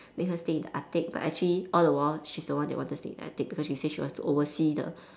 make her stay in the attic but actually all the while she's the one that wanted to stay in the attic because she wants to oversee the